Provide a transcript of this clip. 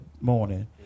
morning